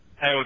Hey